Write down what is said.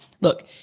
Look